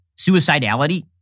suicidality